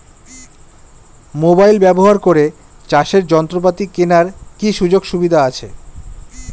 Mobile ব্যবহার করে চাষের যন্ত্রপাতি কেনার কি সুযোগ সুবিধা আছে?